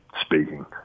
speaking